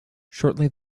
shortly